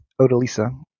Odalisa